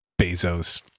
Bezos